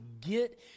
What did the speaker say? get